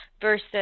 versus